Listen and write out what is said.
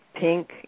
pink